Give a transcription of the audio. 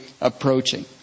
approaching